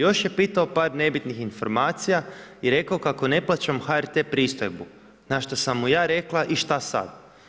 Još je pitao par nebitnih informacija i rekao kako ne plaćam HRT pristojbu, na što sam mu ja rekla i šta sad.